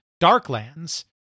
Darklands